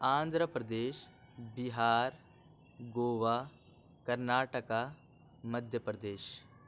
Andhra Pradesh Bihar Goa Karnataka Madhya Pradesh